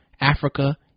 Africa